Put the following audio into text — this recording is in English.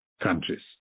countries